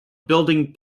building